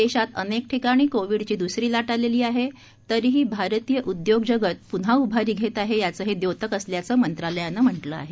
देशात अनेक ठिकाणी कोविडची दुसरी लाट आलेली आहे तरीही भारतीय उद्योगजगत पुन्हा उभारी घेत आहे याचं हे द्योतक असल्याचं मंत्रालयानं म्हटलं आहे